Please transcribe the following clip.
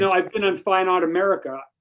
so i've been in fine art america,